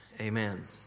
amen